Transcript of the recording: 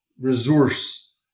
resource